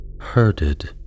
herded